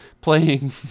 playing